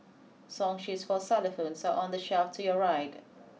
song sheets for xylophones are on the shelf to your right